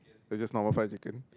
not just one fried chicken